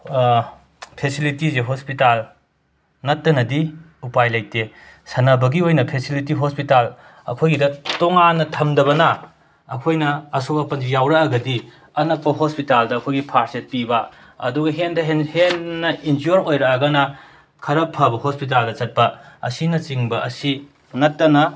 ꯐꯦꯁꯤꯂꯤꯇꯤꯖꯦ hospital ꯅꯠꯇꯅꯗꯤ ꯎꯄꯥꯏ ꯂꯩꯇꯦ ꯁꯥꯟꯅꯕꯒꯤ ꯑꯣꯏꯅ ꯐꯦꯁꯤꯂꯤꯇꯤ ꯍꯣꯁꯄꯤꯇꯥꯜ ꯑꯩꯈꯣꯏꯒꯤꯗ ꯇꯣꯉꯥꯟꯅ ꯊꯝꯗꯕꯅ ꯑꯩꯈꯣꯏꯅ ꯑꯁꯣꯛ ꯑꯄꯟ ꯌꯥꯎꯔꯛꯑꯒꯗꯤ ꯑꯅꯛꯄ ꯍꯣꯁꯄꯤꯇꯥꯜꯗ ꯑꯩꯈꯣꯏꯒꯤ ꯐꯥꯔꯁ ꯑꯦꯗ ꯄꯤꯕ ꯑꯗꯨꯒ ꯍꯦꯟꯗ ꯍꯦꯟ ꯍꯦꯟꯅ ꯏꯟꯖꯨꯔ ꯑꯣꯏꯔꯛꯑꯒꯅ ꯈꯔ ꯐꯕ ꯍꯣꯁꯄꯤꯇꯥꯜꯗ ꯆꯠꯄ ꯑꯁꯤꯅ ꯆꯤꯡꯕ ꯑꯁꯤ ꯅꯠꯇꯅ